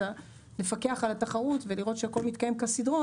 לפקח על התחרות ולראות שהכול מתקיים כסדרו,